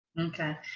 okay